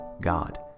God